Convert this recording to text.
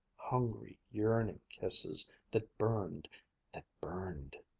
hungry, yearning kisses that burned, that burned